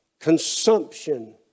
consumption